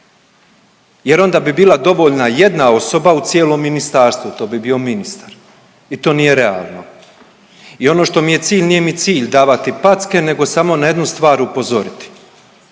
jer onda bi bila dovoljna jedna osoba u cijelom ministarstvu, to bi bio ministar i to nije realno i ono što mi je cilj, nije mi cilj davati packe nego samo na jednu stvar upozoriti,